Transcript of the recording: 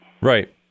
Right